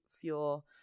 fuel